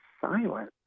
silent